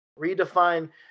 redefine